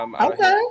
Okay